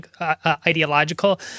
ideological